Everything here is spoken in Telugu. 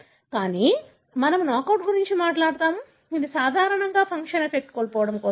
కానీ మనము నాకౌట్ గురించి మాట్లాడుతాము ఇది సాధారణంగా ఫంక్షన్ ఎఫెక్ట్ కోల్పోవడం కోసం